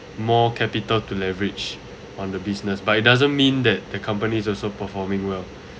more capital to leverage on the business but it doesn't mean that the companies also performing well